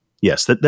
Yes